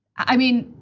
i mean.